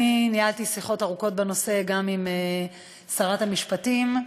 ניהלתי שיחות ארוכות בנושא גם עם שרת המשפטים.